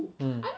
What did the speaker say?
hmm